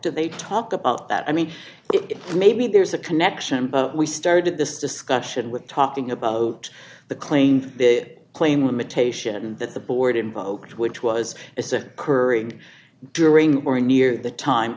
and they talk about that i mean it maybe there's a connection but we started this discussion with talking about the claim the claim limitation that the board invoked which was is a currying during or near the time